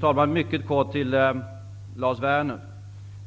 Fru talman!